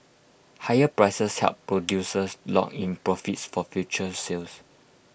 higher prices help producers lock in profits for future sales